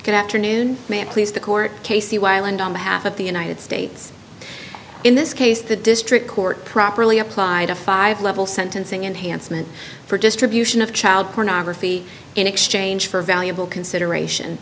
good afternoon may it please the court case the while and on behalf of the united states in this case the district court properly applied a five level sentencing enhancement for distribution of child pornography in exchange for valuable consideration